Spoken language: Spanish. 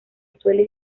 suele